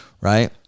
right